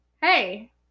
Hey